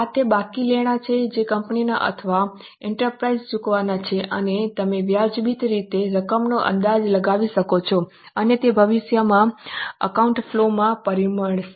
આ તે બાકી લેણાં છે જે કંપની અથવા એન્ટરપ્રાઇઝે ચૂકવવાના છે અને તમે વ્યાજબી રીતે રકમનો અંદાજ લગાવી શકો છો અને તે ભવિષ્યમાં આઉટફ્લોમાં પરિણમશે